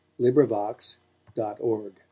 LibriVox.org